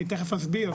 אני תיכף אסביר.